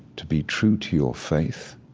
to be true to your faith